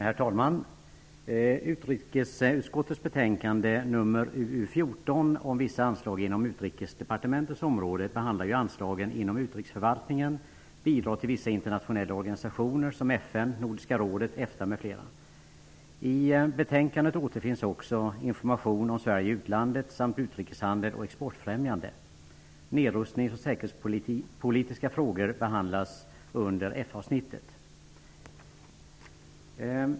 Herr talman! Utrikesutskottets betänkande UU14 FN, Nordiska rådet och EFTA. I betänkandet återfinns också anslaget Information om Sverige i utlandet, Utrikeshandel och exportfrämjande. Nedrustnings och säkerhetspolitiska frågor behandlas under F avsnittet i propositionen.